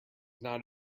not